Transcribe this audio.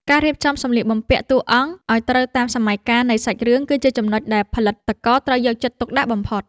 ការរៀបចំសម្លៀកបំពាក់តួអង្គឱ្យត្រូវតាមសម័យកាលនៃសាច់រឿងគឺជាចំណុចដែលផលិតករត្រូវយកចិត្តទុកដាក់បំផុត។